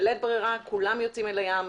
בלית ברירה כולם יוצאים אל הים,